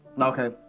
Okay